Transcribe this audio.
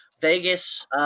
Vegas